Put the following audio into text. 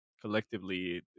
collectively